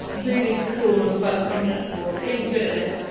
really cool and fun contact sport, being good at it.